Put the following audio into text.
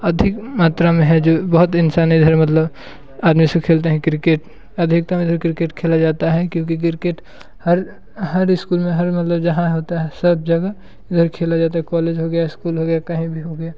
अधिक मात्रा में है जो बहुत इंसान इधर मतलब आदमी सब खेलते हैं किर्केट अधिकत्तम इधर किर्केट खेला जाता है क्योंकि क्रिकेट हर हर इस्कूल में हर मतलब जहाँ होता है सब जगह उधर खेला जाता है कॉलेज हो गया इस्कूल हो गया कहीं भी हो गया